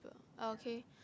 okay